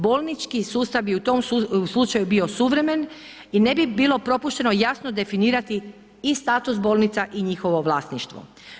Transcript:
Bolnički sustav je u tom slučaju bio suvremen i ne bi bilo propušteno jasno definirati i status bolnica i njihovo vlasništvo.